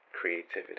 creativity